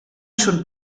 schon